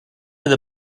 with